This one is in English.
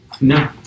No